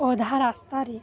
ଅଧା ରାସ୍ତାରେ